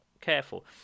careful